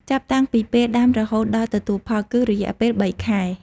ចាប់តាំងពីពេលដាំរហូតដល់ទទួលផល គឺរយៈពេល៣ខែ ។